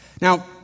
Now